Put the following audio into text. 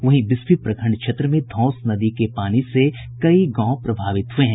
वहीं बिस्फी प्रखंड क्षेत्र में धौंस नदी के पानी से कई गांव प्रभावित हुए हैं